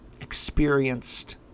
experienced